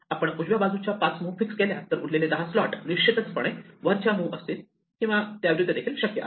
आपण उजव्या बाजूच्या 5 मुव्ह फिक्स केल्या तर उरलेले 10 स्लॉट निश्चितपणे वरच्या मुव्ह असतील किंवा त्याविरुद्ध देखील शक्य आहे